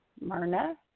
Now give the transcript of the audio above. Myrna